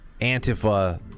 Antifa